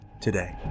today